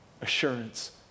Assurance